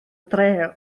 dre